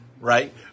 Right